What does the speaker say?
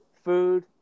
food